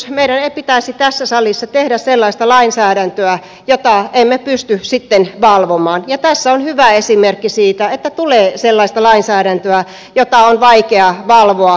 meidän ei pitäisi tässä salissa tehdä sellaista lainsäädäntöä jota emme pysty sitten valvomaan ja tässä on hyvä esimerkki siitä että tulee sellaista lainsäädäntöä jota on vaikea valvoa